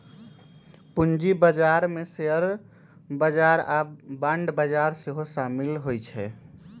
पूजी बजार में शेयर बजार आऽ बांड बजार सेहो सामिल होइ छै